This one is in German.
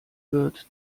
wird